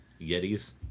yetis